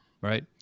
right